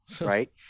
Right